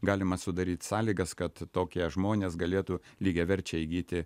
galima sudaryti sąlygas kad tokie žmonės galėtų lygiaverčiai įgyti